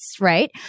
right